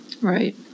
Right